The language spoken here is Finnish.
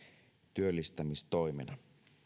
työllistämistoimena